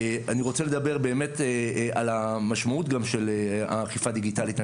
אני רוצה לדבר באמת על המשמעות גם של האכיפה הדיגיטלית.